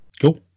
Cool